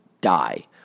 die